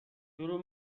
شروع